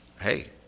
Hey